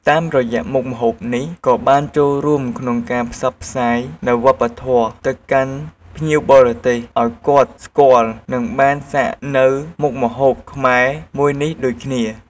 តាមរយៈមុខម្ហូបនេះ ក៏បានចូលរួមក្នុងការផ្សព្វផ្សាយនូវរប្បធម៌ទៅកាន់ភ្ញៀវបរទេសឲ្យគាត់ស្គាល់និងបានសាកនៅមុខម្ហូបខ្មែរមួយនេះដូចគ្នា។